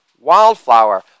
wildflower